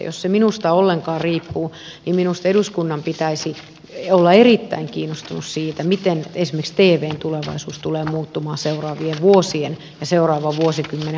jos se minusta ollenkaan riippuu niin minusta eduskunnan pitäisi olla erittäin kiinnostunut siitä miten esimerkiksi tvn tulevaisuus tulee muuttumaan seuraavien vuosien ja seuraavan vuosikymmenen aikana